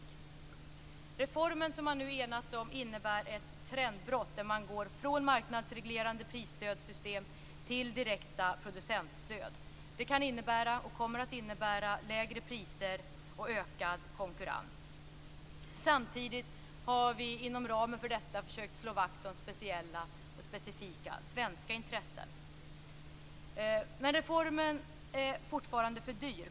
Den reform som man nu enats om innebär ett trendbrott, där man går från marknadsreglerande prisstödssystem till direkta producentstöd. Det kan innebära och kommer att innebära lägre priser och ökad konkurrens. Samtidigt har vi inom ramen för detta försökt slå vakt om speciella och specifika svenska intressen. Men reformen är fortfarande för dyr.